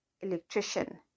electrician